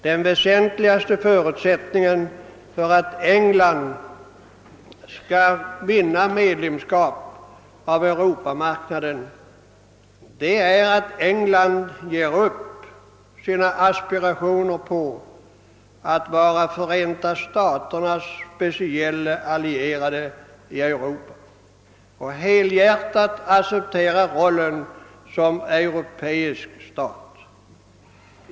Den väsentliga förutsättningen för att England skall vinna medlemskap i Europamarknaden är att England ger upp sina aspirationer på att va ra Förenta staternas speciella allierade i Europa och helhjärtat accepterar rollen som europeisk stat.